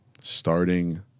Starting